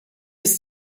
ist